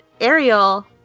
Ariel